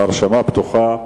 ההרשמה פתוחה.